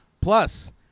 plus